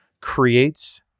creates